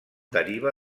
deriva